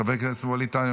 חבר הכנסת ווליד טאהא,